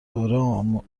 دوره